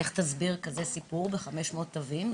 לכי תסבירי את הסיפור ב-500 תווים,